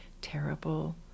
terrible